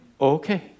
Okay